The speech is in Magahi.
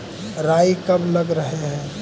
राई कब लग रहे है?